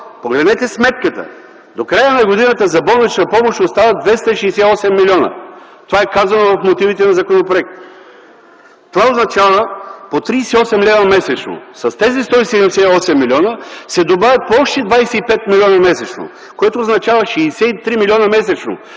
погледнете сметката! До края на годината за болнична помощ остават 268 милиона. Това е казано в мотивите на законопроекта. Това означава по 38 лв. месечно. С тези 178 милиона се добавят по още 25 милиона месечно, което означава 63 милиона месечно.